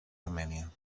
armènia